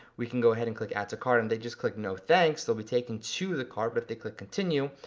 we can go ahead and click add to cart, when and they just click no, thanks, they'll be taken to the cart, but if they click continue,